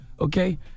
Okay